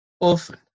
often